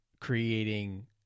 creating